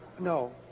No